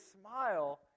smile